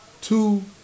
two